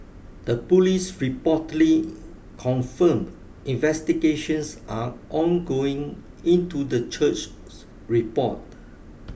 the police reportedly confirmed investigations are ongoing into the church's report